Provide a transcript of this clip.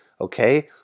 Okay